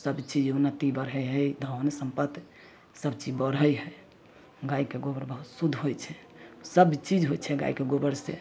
सबचीज उन्नति बढ़ै हइ धन सम्पति सबचीज बढ़ै हइ गाइके गोबर बहुत शुद्ध होइ छै सबचीज होइ छै गाइके गोबरसँ